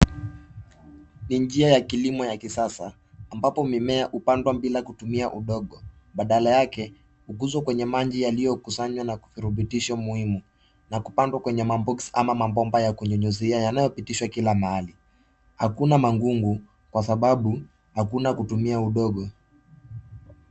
Ni njia ya kilimo ya kisasa ambapo mimea hupandwa bila kutumia udongo badaa yake hukuzwa kwenye maji yaliyokusanywa na virutubisho muhimu na kupandwa kwenye maboksi ama mabomba ya kunyunyizia yanayopitishwa kila mahali. Hakuna magugu kwa sababu hakuna kutumia udongo.